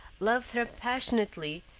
loved her passionately,